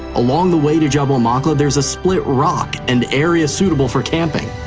along the way to jabal maqla, there's a split rock and area suitable for camping.